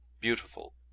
Beautiful